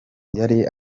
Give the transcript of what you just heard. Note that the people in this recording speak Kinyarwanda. yari